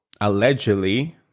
allegedly